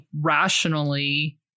rationally